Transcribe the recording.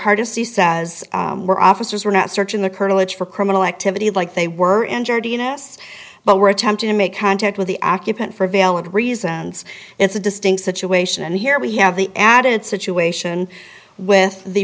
see says officers were not searching the curtilage for criminal activity like they were injured to us but we're attempting to make contact with the accutane for valid reasons it's a distinct situation and here we have the added situation with the